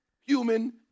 human